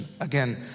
Again